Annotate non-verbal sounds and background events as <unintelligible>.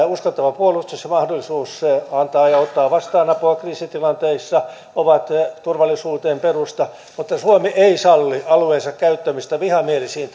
<unintelligible> uskottava puolustus ja mahdollisuus antaa ja ottaa vastaan apua kriisitilanteissa ovat turvallisuutemme perusta mutta suomi ei salli alueensa käyttämistä vihamielisiin <unintelligible>